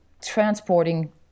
transporting